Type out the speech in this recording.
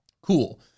Cool